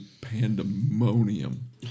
pandemonium